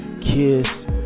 kiss